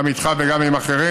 גם איתך וגם עם אחרים.